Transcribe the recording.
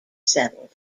settled